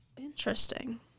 Interesting